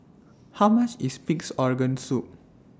How much IS Pig'S Organ Soup